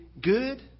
good